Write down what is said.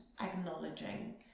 acknowledging